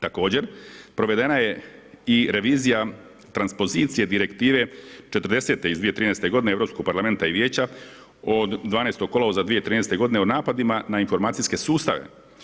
Također provedena je i revizija transpozicija direktive 40. iz 2013. godine Europskog parlamenta i vijeća od 12. kolovoza 2013. godine o napadima na informacijske sustave.